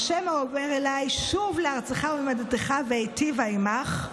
ה' האֹמר אלי שוב לארצך ולמולדתך ואיטיבה עמך.